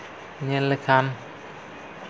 ᱧᱮᱞ ᱠᱷᱟᱱ